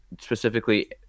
specifically